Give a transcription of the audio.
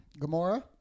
Gamora